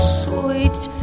sweet